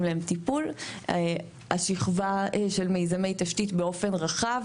להם טיפול: השכבה של מיזמי תשתית באופן רחב.